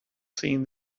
seen